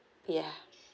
yeah